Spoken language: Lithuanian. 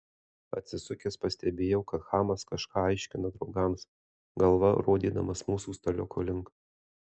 atsisukęs pastebėjau kad chamas kažką aiškina draugams galva rodydamas mūsų staliuko link